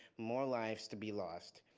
more lives to be lost.